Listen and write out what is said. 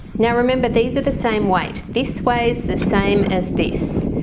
now remember these are the same weight this way is the same as this.